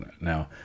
Now